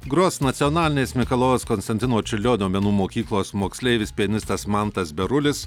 gros nacionalinės mikalojaus konstantino čiurlionio menų mokyklos moksleivis pianistas mantas berulis